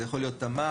זה יכול להיות תמר,